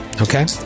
Okay